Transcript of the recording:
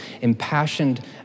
impassioned